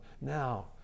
Now